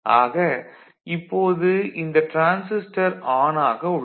ஆக இப்போது இந்த டிரான்சிஸ்டர் ஆன் ஆக உள்ளது